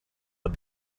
had